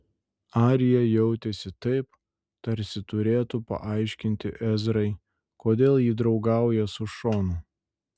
arija jautėsi taip tarsi turėtų paaiškinti ezrai kodėl ji draugauja su šonu